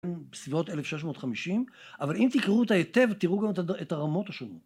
בסביבות 1650, אבל אם תקראו את היתב תראו גם את הרמות השונים.